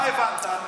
מה הבנת?